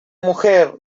mujer